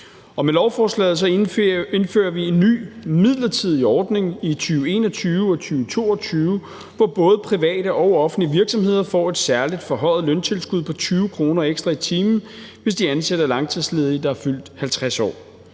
Med lovforslaget indfører vi en ny midlertidig ordning i 2021 og 2022, hvor både private og offentlige virksomheder får et særligt forhøjet løntilskud på 20 kr. ekstra i timen, hvis de ansætter langtidsledige, der er fyldt 50 år.